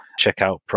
checkout